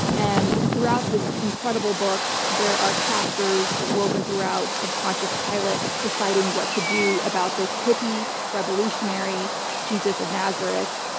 and throughout this incredible book, there are chapters woven throughout of pontius pilate deciding what to do about this hippie revolutionary jesus of nazareth.